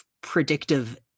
predictive